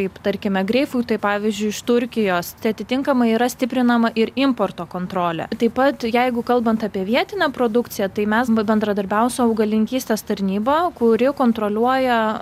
kaip tarkime greipfrutai pavyzdžiui iš turkijos tai atitinkamai yra stiprinama ir importo kontrolė taip pat jeigu kalbant apie vietinę produkciją tai mes bendradarbiaujam su augalininkystės tarnyba kuri kontroliuoja